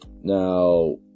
now